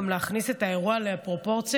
גם להכניס את האירוע לפרופורציה.